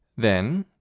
then,